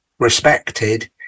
respected